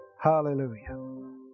Hallelujah